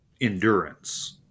endurance